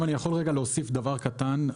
אם אני יכול להוסיף דבר קטן,